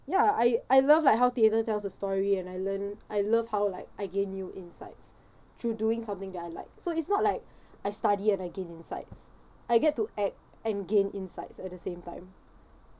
ya I I love like how theatre tells a story and I learn I love how like I gain new insights through doing something that I like so it's not like I study and I gain insights I get to act and gain insights at the same time